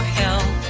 help